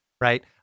right